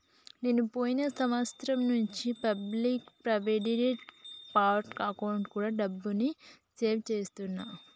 నేను పోయిన సంవత్సరం నుంచి పబ్లిక్ ప్రావిడెంట్ ఫండ్ అకౌంట్లో కూడా డబ్బుని సేవ్ చేస్తున్నా